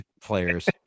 players